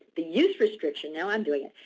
the use restriction, now i'm doing it.